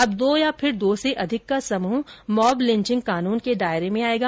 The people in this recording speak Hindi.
अब दो या फिर दो से अधिक का समूह मॉब लिचिंग कानून के दायरे में आएगा